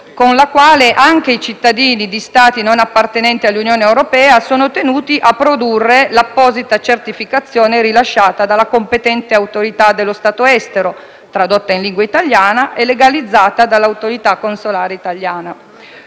con la quale anche i cittadini di Stati non appartenenti all'Unione europea sono tenuti a produrre l'apposita certificazione rilasciata dalla competente autorità dello Stato estero, tradotta in lingua italiana e legalizzata dall'autorità consolare italiana.